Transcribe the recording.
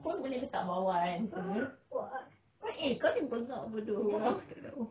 kau boleh letak bawah kan selenge kau eh kau ni bengap bodoh